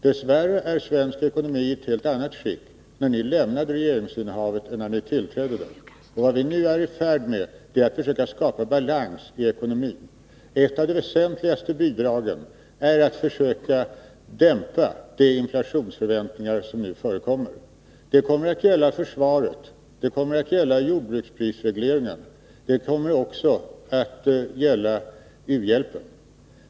Dess värre var svensk ekonomi i ett helt annat skick när ni lämnade regeringsinnehavet än när ni tillträdde det. Vad vi nu är i färd med är att försöka skapa balans i ekonomin. Ett av de väsentligaste bidragen är att försöka dämpa de inflationsförväntningar som nu förekommer. Det kommer att gälla försvaret, det kommer att gälla jordbruksprisregleringen, det kommer också att gälla u-hjälpen.